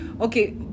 okay